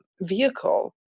vehicle